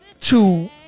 Two